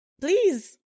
Please